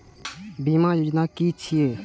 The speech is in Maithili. बीमा योजना कि छिऐ?